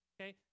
Okay